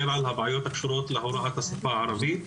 על הבעיות הקשורות להוראת השפה הערבית,